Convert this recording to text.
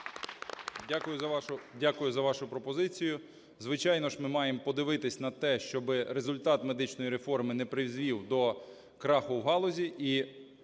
Дякую за вашу пропозицію. Звичайно ж, ми маємо подивитися на те, щоби результат медичної реформи не призвів до краху в галузі.